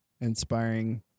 inspiring